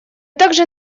также